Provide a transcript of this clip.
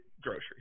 groceries